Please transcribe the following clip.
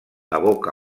aboca